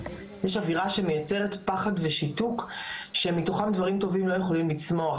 יש אווירה שמייצרת פחד ושיתוק שמתוכם דברים טובים לא יכולים לצמוח.